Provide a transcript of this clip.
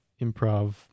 improv